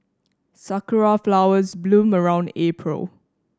sakura flowers bloom around April